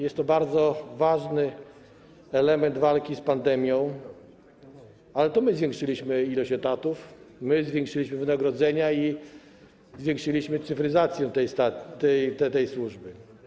Jest to bardzo ważny element walki z pandemią, ale to my zwiększyliśmy ilość etatów, my zwiększyliśmy wynagrodzenia i zwiększyliśmy cyfryzację tej służby.